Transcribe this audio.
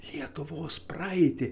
lietuvos praeitį